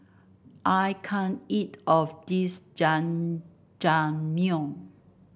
I can't eat of this Jajangmyeon